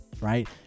Right